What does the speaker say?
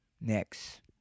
Next